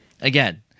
Again